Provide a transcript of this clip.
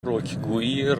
رکگویی